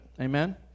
amen